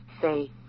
say